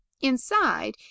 Inside